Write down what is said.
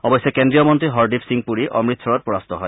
অৱশ্যে কেন্দ্ৰীয় মন্ত্ৰী হৰদীপ সিং পুৰী অমূসৰত পৰাস্ত হয়